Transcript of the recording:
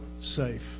safe